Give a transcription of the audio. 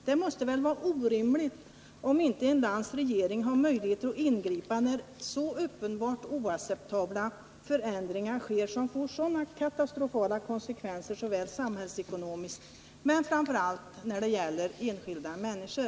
Det måste väl anses vara orimligt om inte ett lands regering kan ingripa vid sådana här uppenbart oacceptabla förändringar, som får så katastrofala konsekvenser samhällsekonomiskt men framför allt då det gäller enskilda människor.